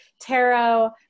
Tarot